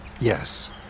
yes